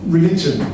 Religion